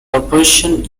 corporation